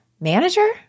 Manager